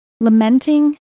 lamenting